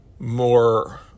more